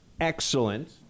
excellent